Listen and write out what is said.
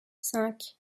cinq